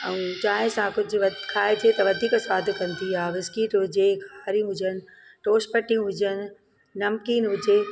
ऐं चांहि सां कुझु खाइजे त वधीक सवादु कंदी आहे बिस्किट हुजे खारी हुजनि तोश पटियूं हुजनि नमकीन हुजे